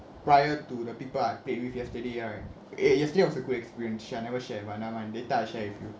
prior to the people I play with yesterday right yesterday was a good experience shit I never share but never mind later I share with you